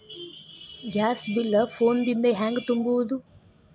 Gas bill phone ದಿಂದ ಹ್ಯಾಂಗ ತುಂಬುವುದು?